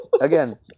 Again